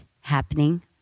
happening